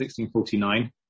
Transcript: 1649